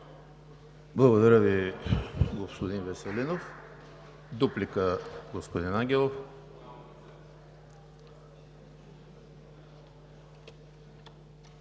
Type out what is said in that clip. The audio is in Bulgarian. Благодаря Ви, господин Веселинов. Дуплика – господин Ангелов.